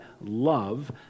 love